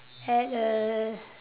add a